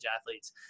athletes